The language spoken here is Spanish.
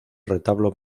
retablo